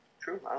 True